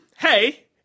Hey